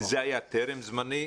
טרם זמנו,